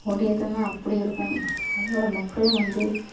கொடியேற்றலாம் அப்படி இருக்கும் அவ்வளோ மக்களும் வந்து